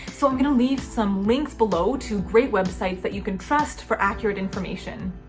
so i'm gonna leave some links below to great websites that you can trust for accurate information.